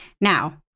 Now